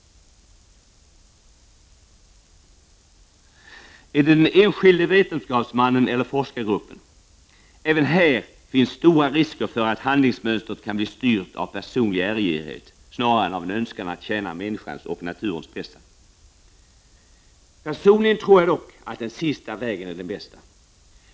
Är det den enskilde vetenskapsmannen eller forskargruppen? Även här finns stora risker för att handlingsmönstret kan bli styrt av personlig äregirighet snarare än av en önskan att tjäna människans och naturens bästa. Personligen tror jag att den sista vägen är den bästa.